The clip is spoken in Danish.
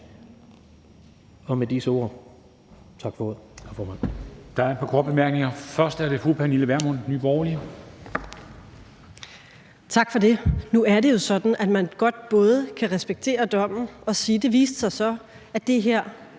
(Henrik Dam Kristensen): Der er et par korte bemærkninger. Først er det fru Pernille Vermund, Nye Borgerlige. Kl. 16:17 Pernille Vermund (NB): Tak for det. Nu er det jo sådan, at man godt både kan respektere dommen og sige, at det viste sig så, at det her